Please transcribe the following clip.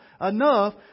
enough